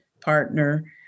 partner